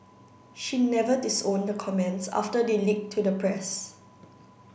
she never disowned the comments after they leaked to the press